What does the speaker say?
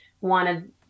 wanted